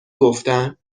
گفتن